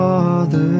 Father